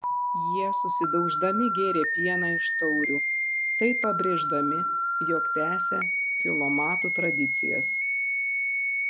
jie susidauždami gėrė pieną iš taurių taip pabrėždami jog tęsia filomatų tradicijas